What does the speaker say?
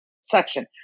section